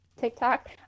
TikTok